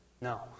No